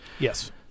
Yes